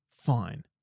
fine